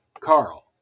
Carl